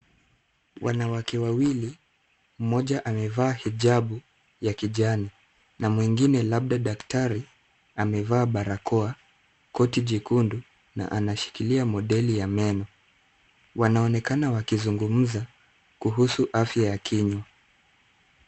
Wanawake wawili, mmoja amevaa hijabu ya kijani na mwingine labda daktari amevaa barakoa, koti jekundu na anashikilia modeli ya meno. Wanaonekana wakizungumza kuhusu afya ya kinywa.